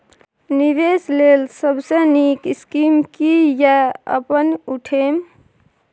निवेश लेल सबसे नींक स्कीम की या अपन उठैम?